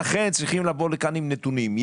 אכן צריכים לבוא לכאן עם נתונים.